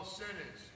sinners